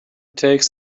takes